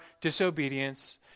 disobedience